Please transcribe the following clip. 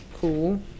Cool